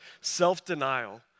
self-denial